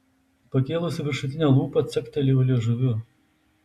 pakėlusi viršutinę lūpą caktelėjo liežuviu